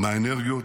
מהאנרגיות,